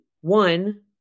one